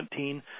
2017